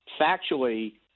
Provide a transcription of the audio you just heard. factually